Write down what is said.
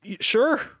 Sure